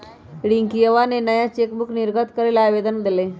रियंकवा नया चेकबुक निर्गत करे ला आवेदन देलय